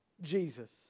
Jesus